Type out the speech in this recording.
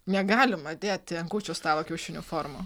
negalima dėti ant kūčių stalo kiaušinių formų